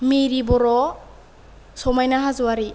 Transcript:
मिरि बर' समायना हाज'वारि